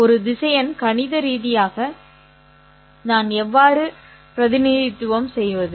ஒரு திசையன் கணித ரீதியாக நான் எவ்வாறு பிரதிநிதித்துவம் செய்வது